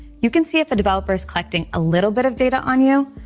you can see if a developer is collecting a little bit of data on you,